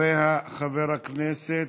חבר הכנסת